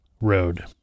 road